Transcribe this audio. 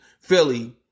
Philly